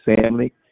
family